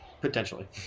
potentially